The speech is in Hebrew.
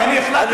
כי אני החלטתי,